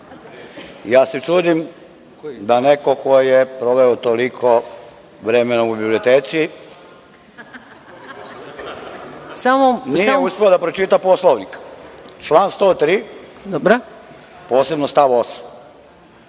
ja se čudim da neko ko je proveo toliko vremena u biblioteci nije uspeo da pročita Poslovnik. Član 103. posebno stav 8.